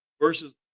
versus